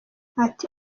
ati